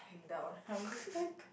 lying down I was just like